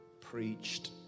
preached